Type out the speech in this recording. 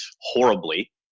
horribly